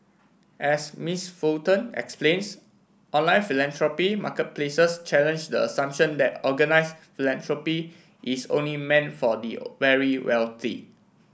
as Miss Fulton explains online philanthropy marketplaces challenge the assumption that organise philanthropy is only meant for the very wealthy